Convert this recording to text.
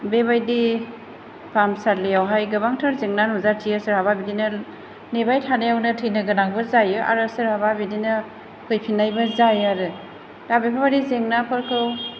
बेबायदि फाहामसालियावहाय गोबांथार जेंना नुजाथियो सोरहाबा बिदिनो नेबाय थानायावनो थैनो गोनांबो जायो आरो सोरहाबा बिदिनो फैफिननायबो जायो आरो दा बेफोरबायदि जेंनाफोरखौ